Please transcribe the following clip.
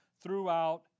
throughout